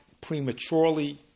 prematurely